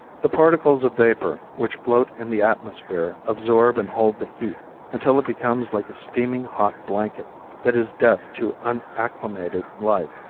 the particles of vapor which float in the atmosphere absorb and hold the heat until it becomes like a steaming hot blanket that is death to unacclimated life.